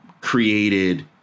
created